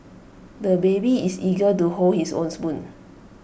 the baby is eager to hold his own spoon